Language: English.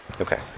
Okay